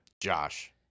Josh